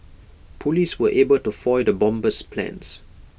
Police were able to foil the bomber's plans